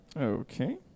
Okay